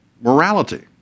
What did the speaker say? morality